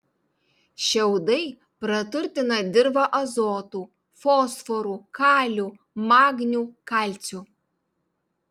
šiaudai praturtina dirvą azotu fosforu kaliu magniu kalciu